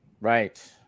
Right